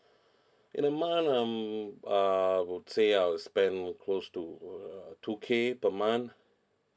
in a month I'm uh I would say I would spend close to uh two K per month